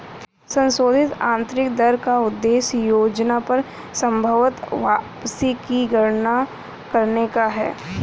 संशोधित आंतरिक दर का उद्देश्य योजना पर संभवत वापसी की गणना करने का है